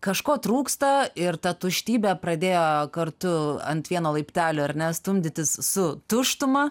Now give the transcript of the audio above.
kažko trūksta ir ta tuštybė pradėjo kartu ant vieno laiptelio ar ne stumdytis su tuštuma